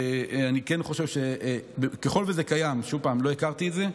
אני כן חושב, ככל שזה קיים, שוב, לא הכרתי את זה,